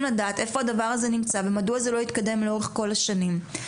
לדעת איפה הדבר הזה נמצא ומדוע זה לא התקדם לאורך כל השנים.